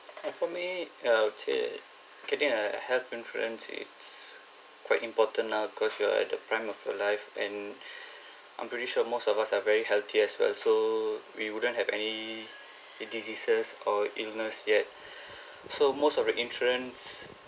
uh for me err to getting a health insurance it's quite important now cause you are at the prime of your life and I'm pretty sure most of us are very healthy as well so we wouldn't have any diseases or illness yet so most of the insurance